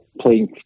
playing